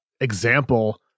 example